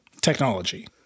technology